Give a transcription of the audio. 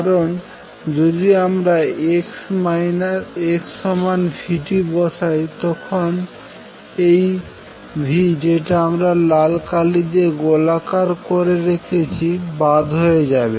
কারন যদি আমরা x v t বসাই তখন এই v যেটা আমরা লাল কালি দিয়ে গোলাকার করে রেখেছি বাদ হয়ে যাবে